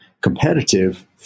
competitive